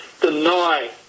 deny